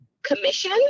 commission